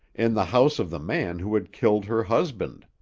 in the house of the man who had killed her husband!